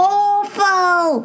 awful